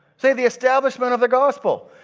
say, the establishment of the gospel.